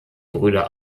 brüder